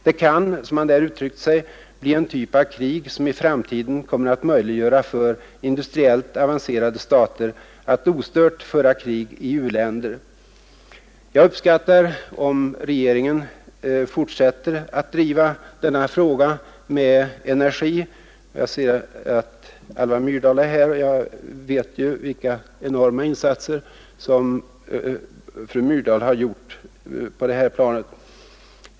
”Det kan”, som han där uttryckte sig, ”bli en typ av krig som i framtiden kommer att möjliggöra för industriellt avancerade stater att ostört föra ett krig i u-länder.” Jag uppskattar om regeringen fortsätter att driva denna fråga med energi. Jag ser att Alva Myrdal är här, och jag vet ju vilka enorma insatser som fru Myrdal har gjort i det här avseendet.